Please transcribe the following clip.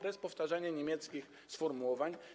To jest powtarzanie niemieckich sformułowań.